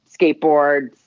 skateboards